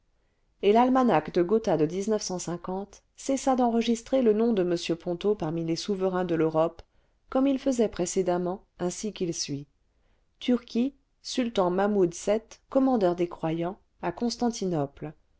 et l'almanach de gotha de cessa d'enregistrer le nom cle m ponto parmi les souverains de l'europe comme il faisait précédemment ainsi qu'il suit turquie sultan mahmoud vii commandeur des croyants à constantinople